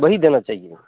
वही देना चाहिए